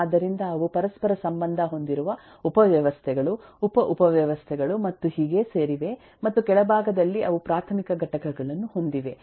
ಆದ್ದರಿಂದ ಅವು ಪರಸ್ಪರ ಸಂಬಂಧ ಹೊಂದಿರುವ ಉಪವ್ಯವಸ್ಥೆಗಳು ಉಪ ಉಪವ್ಯವಸ್ಥೆಗಳು ಮತ್ತು ಹೀಗೆ ಸೇರಿವೆ ಮತ್ತು ಕೆಳಭಾಗದಲ್ಲಿ ಅವು ಪ್ರಾಥಮಿಕ ಘಟಕಗಳನ್ನು ಹೊಂದಿವೆ